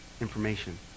information